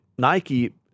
Nike